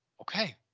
Okay